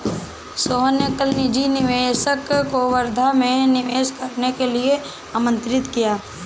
सोहन ने कल निजी निवेशक को वर्धा में निवेश करने के लिए आमंत्रित किया